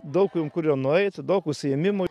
daug jom kur yra nueiti daug užsiėmimo